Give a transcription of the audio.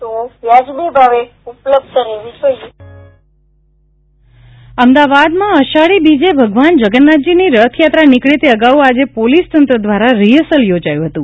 રથાયાત્રા અમદાવાદમાં અષાઢી બીજે ભગવાન જગન્નાથજીની રથયાત્રા નીકળે તે અગાઉ આજે પોલીસતંત્ર દ્વારા રીહર્સલ યોજાયું હતું